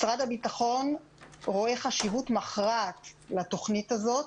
משרד הביטחון רואה חשיבות מכרעת לתוכנית הזאת,